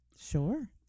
Sure